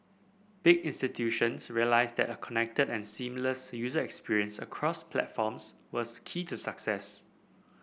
big institutions realised that a connected and seamless user experience across platforms was key to success